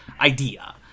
idea